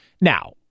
Now